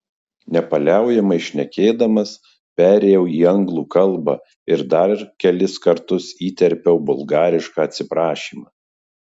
nepaliaujamai šnekėdamas perėjau į anglų kalbą ir dar kelis kartus įterpiau bulgarišką atsiprašymą